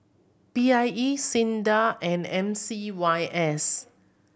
P I E SINDA and M C Y S